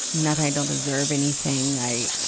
not that i don't deserve anything. i,